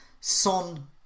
Son